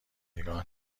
نگاه